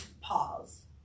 pause